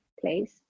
place